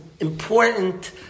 important